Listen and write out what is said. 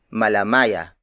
malamaya